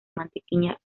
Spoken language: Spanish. mantequilla